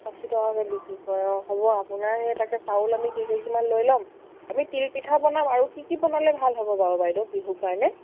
ষাঠি টকাকে বিক্ৰী কৰে অঁ হ'ব আপোনাৰ সেই তাকে চাউল আমি কেই কেজিমান লৈ ল'ম আমি তিল পিঠা বনাম আৰু কি কি বনালে ভাল হ'ব বাৰু বাইদেউ বিহু কাৰণে